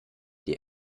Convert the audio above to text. die